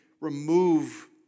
remove